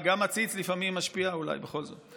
לפעמים משפיע, אולי בכל זאת.